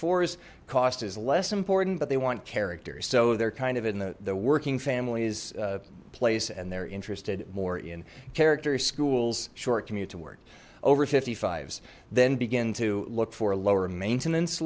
fours cost is less important but they want characters so they're kind of in the working families place and they're interested more in character schools short commute to work over fifty five s then begin to look for lower maintenance